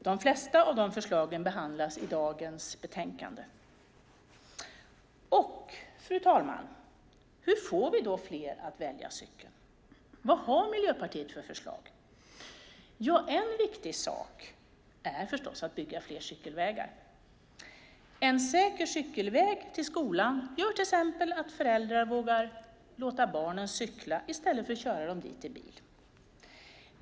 De flesta av förslagen behandlas i dagens betänkande. Fru talman! Hur får vi då fler att välja cykeln? Vad har Miljöpartiet för förslag? Ja, en viktig sak är förstås att bygga fler cykelvägar. En säker cykelväg till skolan gör till exempel att föräldrar vågar låta barnen cykla i stället för att köra dem dit i bil.